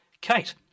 Kate